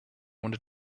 wanted